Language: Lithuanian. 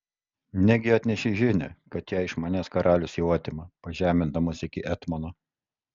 negi atnešei žinią kad ją iš manęs karalius jau atima pažemindamas iki etmono